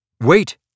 Wait